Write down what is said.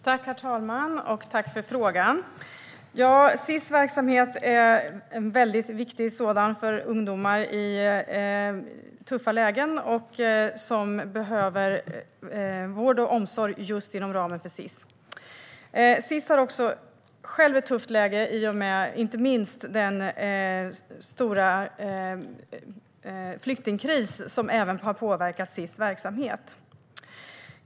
Herr talman! Tack för frågan! Sis verksamhet är en väldigt viktig sådan för ungdomar i tuffa lägen som behöver vård och omsorg just inom ramen för Sis. Sis har också självt ett tufft läge, inte minst i och med den stora flyktingkris som även har påverkat Sis verksamhet.